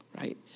right